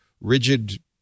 rigid